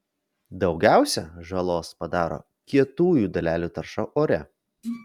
daugiausiai žalos padaro kietųjų dalelių tarša ore